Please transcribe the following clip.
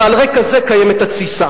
ועל רקע זה קיימת התסיסה.